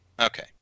Okay